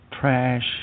trash